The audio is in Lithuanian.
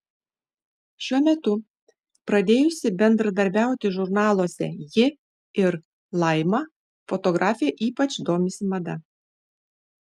šiuo metu pradėjusi bendradarbiauti žurnaluose ji ir laima fotografė ypač domisi mada